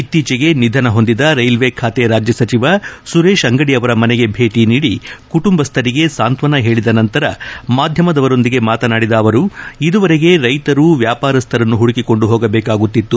ಇತ್ತೀಚೆಗೆ ನಿಧನ ಹೊಂದಿದ ರೈಲ್ವೆ ಖಾತೆ ರಾಜ್ಯ ಸಚಿವ ಸುರೇಶ ಅಂಗಡಿ ಅವರ ಮನೆಗೆ ಭೇಟಿ ನೀಡಿ ಕುಟುಂಬಸ್ತರಿಗೆ ಸಾಂತ್ವನ ಹೇಳಿದ ನಂತರ ಮಾಧ್ಯಮದವರೊಂದಿಗೆ ಮಾತನಾಡಿದ ಅವರು ಇದುವರೆಗೆ ರೈತರು ವ್ಯಾಪಾರಸ್ವರನ್ನು ಹುಡುಕಿಕೊಂಡು ಹೋಗಬೇಕಾಗುತ್ತಿತ್ತು